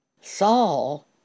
Saul